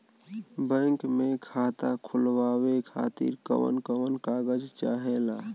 Bank मे खाता खोलवावे खातिर कवन कवन कागज चाहेला?